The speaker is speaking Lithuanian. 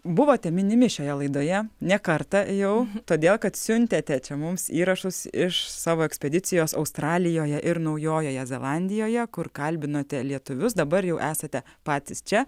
buvote minimi šioje laidoje ne kartą jau todėl kad siuntėte čia mums įrašus iš savo ekspedicijos australijoje ir naujojoje zelandijoje kur kalbinote lietuvius dabar jau esate patys čia